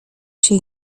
się